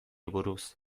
buruz